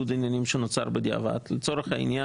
ואז אפשר יהיה לשלוח את זה יותר מהר.